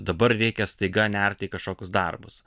dabar reikia staiga nerti į kažkokius darbus